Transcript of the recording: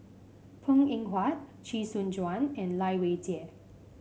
Png Eng Huat Chee Soon Juan and Lai Weijie